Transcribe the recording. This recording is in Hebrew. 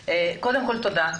תודה.